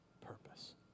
purpose